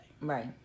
Right